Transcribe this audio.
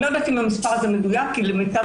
אני לא יודעת אם המספר הזה מדויק כי למיטב